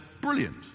brilliant